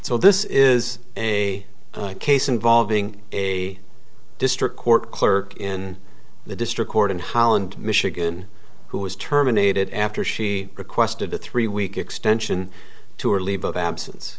so this is a case involving a district court clerk in the district court in holland michigan who was terminated after she requested a three week extension to her leave of absence